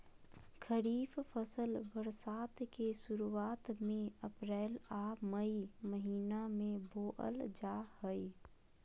खरीफ फसल बरसात के शुरुआत में अप्रैल आ मई महीना में बोअल जा हइ